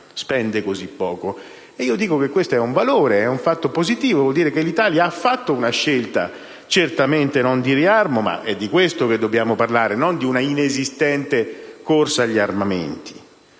spende così poco. E io dico che questo è un valore, è un fatto positivo: vuol dire che l'Italia ha fatto una scelta certamente non di riarmo. Ma è di questo che dobbiamo parlare, non di una inesistente corsa agli armamenti.